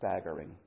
staggering